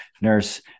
nurse